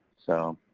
so,